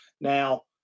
now